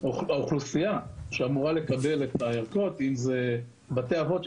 האוכלוסייה שאמורה לקבל את הבדיקות - אם זה בתי אבות,